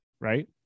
right